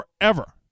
forever